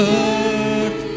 earth